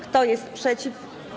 Kto jest przeciw?